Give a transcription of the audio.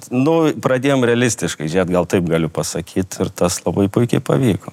nu pradėjom realistiškai žiūrėt gal taip galiu pasakyt ir tas labai puikiai pavyko